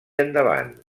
endavant